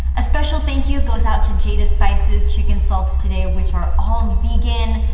a special thank you goes out to jada spices chicken salts today, which are all vegan,